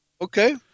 Okay